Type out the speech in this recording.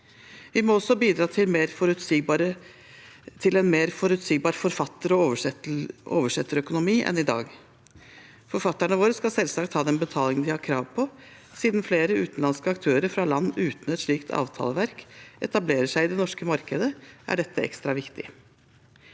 Vi må også bidra til en mer forutsigbar forfatter- og oversetterøkonomi enn i dag. Forfatterne våre skal selvsagt ha den betalingen de har krav på, og siden flere utenlandske aktører fra land uten et slikt avtaleverk etablerer seg i det norske markedet, er dette ekstra viktig.